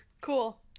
Cool